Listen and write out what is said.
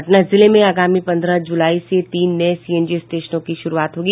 पटना जिले में आगामी पन्द्रह जुलाई से तीन नये सीएनजी स्टेशनों की शुरूआत होगी